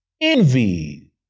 envy